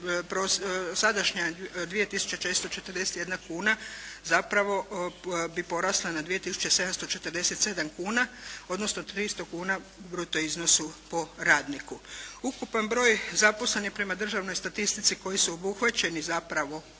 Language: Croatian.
sadašnja 2441 kuna zapravo bi porasla na 2747 kuna, odnosno 300 kuna u bruto iznosu po radniku. Ukupan broj zaposlenih prema državnoj statistici kojom su obuhvaćeni zapravo